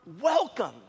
welcome